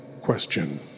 question